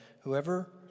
whoever